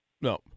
No